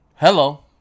Hello